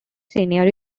senior